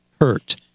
Hurt